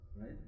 right